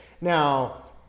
Now